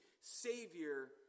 savior